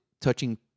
Touching